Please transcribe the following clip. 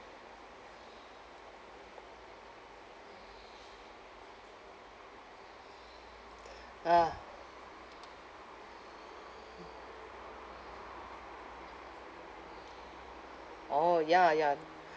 ah orh ya ya